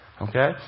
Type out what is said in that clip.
okay